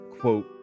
quote